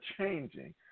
changing